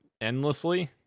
endlessly